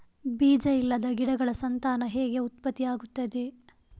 ಬೀಜ ಇಲ್ಲದ ಗಿಡಗಳ ಸಂತಾನ ಹೇಗೆ ಉತ್ಪತ್ತಿ ಆಗುತ್ತದೆ?